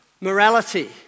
Morality